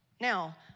Now